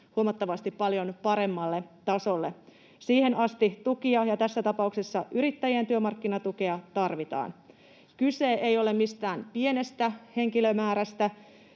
huomattavasti paljon paremmalle tasolle. Siihen asti tukia ja tässä tapauksessa yrittäjien työmarkkinatukea tarvitaan. Kyse ei ole mistään pienestä henkilömäärästä,